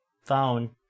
phone